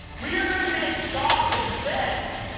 we are gonna make sausage. this.